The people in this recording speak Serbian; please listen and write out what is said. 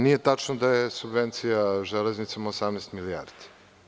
Nije tačno da je subvencija „Železnicama“ 18 milijardi.